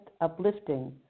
uplifting